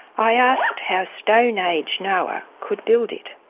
i asked how stone age noah could build it.